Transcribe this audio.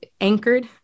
anchored